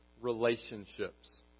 Relationships